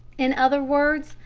in other words,